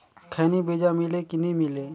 खैनी बिजा मिले कि नी मिले?